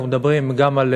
אנחנו מדברים גם על